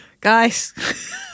Guys